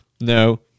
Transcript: No